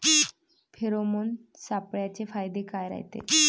Pheromone सापळ्याचे फायदे काय रायते?